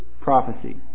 prophecy